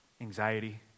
Anxiety